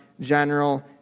general